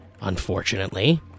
unfortunately